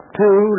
two